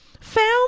found